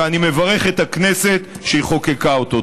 ואני מברך את הכנסת על שהיא חוקקה אותו.